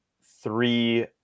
three